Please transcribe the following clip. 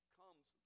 comes